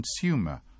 consumer